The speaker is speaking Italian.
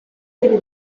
delle